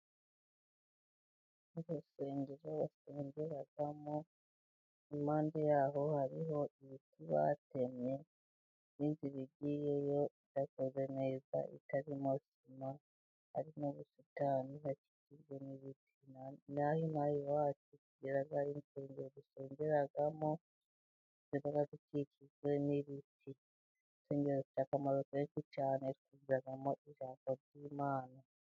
Urusengero basengeramo, iruhande rwaho hariho ibiti batemye n'inzira igiyeyo idakozwe neza itarimo sima, harimo ubusitani bukikijwe n'ibiti. Natwe ino aha iwacu tugira insengero dusengeramo zikaba zikikijwe n'ibiti. Urusengero rufite akamaro kenshi cyane twigiramo ijambo ry'Imana.